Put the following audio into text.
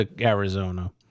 Arizona